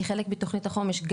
כחלק מתכנית החומש,